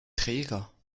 träger